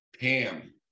Pam